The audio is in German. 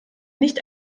nicht